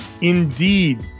Indeed